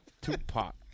Tupac